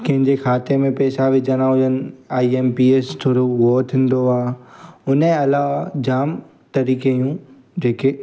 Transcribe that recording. कंहिंजे खाते में पैसा विझिणा हुजनि I M P S through उहो थींदो आहे हुन जे अलावा जाम तरीक़े जूं जेके